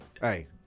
hey